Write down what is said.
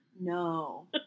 no